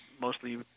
mostly